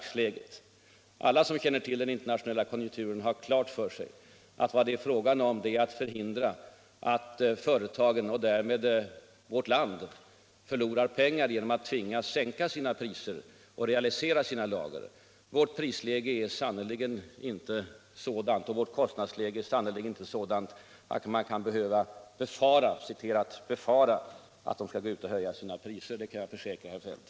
Alla som känner till den internationella konjunkturen har klart för sig att det är fråga om att förhindra att företagen, och därmed vårt land, förlorar pengar genom att tvingas sänka sina priser och realisera sina lager. Vårt pris och kostnadsläge är sannerligen inte sådant att man behöver ”befara” att de skall höja sina priser. Det kan jag försäkra herr Feldt.